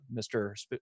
Mr